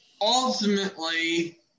ultimately